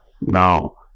Now